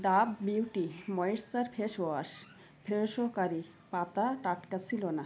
Dove beauty moisture face wash এবং Fresho curry পাতা টাটকা ছিলো না